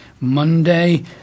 Monday